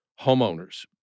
homeowners